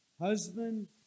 husband